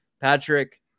Patrick